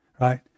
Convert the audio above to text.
Right